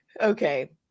Okay